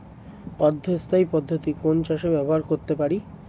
অর্ধ স্থায়ী পদ্ধতি কোন চাষে ব্যবহার করতে পারি?